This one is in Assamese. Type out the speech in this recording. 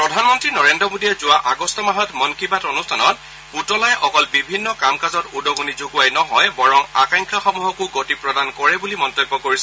প্ৰধানমন্ত্ৰী নৰেন্দ্ৰ মোদীয়ে যোৱা আগষ্ট মাহত মন কী বাত অনুষ্ঠানত পুতলাই অকল বিভিন্ন কাম কাজত উদগণি যগোৱাই নহয় বৰং আকাংক্ষাসমূহকো গতি প্ৰদান কৰে বুলি মন্তব্য কৰিছিল